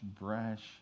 brash